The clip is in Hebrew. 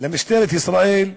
למשטרת ישראל,